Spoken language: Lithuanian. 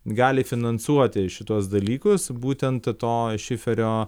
gali finansuoti šituos dalykus būtent to šiferio